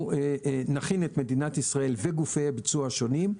נכין את מדינת ישראל וגופי הביצוע השונים,